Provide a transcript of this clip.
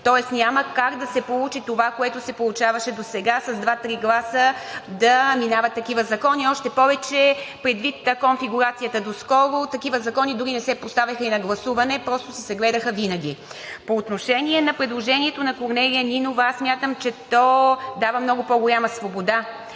тези. Няма как да се получи това, което се получаваше досега – с два-три гласа да минават такива закони, още повече предвид конфигурацията доскоро, такива закони дори не се поставяха и на гласуване, просто си се гледаха винаги. По отношение на предложението на Корнелия Нинова аз смятам, че то дава много по-голяма свобода,